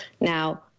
Now